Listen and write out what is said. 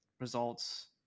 results